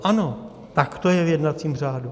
Ano, tak to je v jednacím řádu.